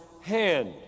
hand